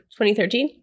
2013